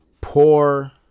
poor